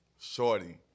shorty